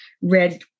red